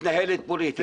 מתנהלת פוליטית.